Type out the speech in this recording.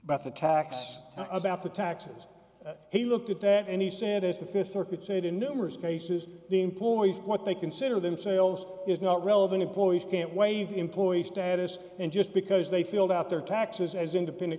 about the tax and about the taxes he looked at that and he said as the th circuit said in numerous cases the employees what they consider themselves is not relevant employees can't waive employee status and just because they filled out their taxes as independent